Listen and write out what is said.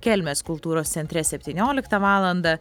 kelmės kultūros centre septynioliktą valandą